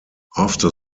after